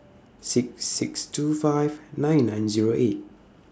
six six two five nine nine Zero eight